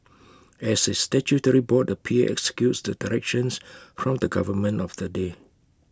as A statutory board the P A executes the directions from the government of the day